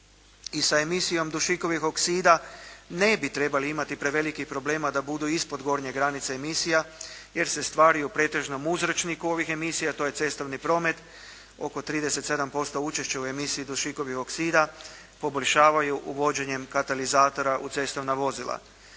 I sa emisijom dušikovih oksida ne bi trebali imati prevelikih problema da budu ispod gornje granice emisija, jer se stvari o pretežnom uzročniku ovih emisija, to je cestovni promet, oko 37 % učešća u emisiji dušikovih oksida, poboljšavaju uvođenjem katalizatora u cestovna vozila.